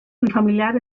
unifamiliar